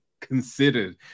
considered